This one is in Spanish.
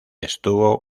estuvo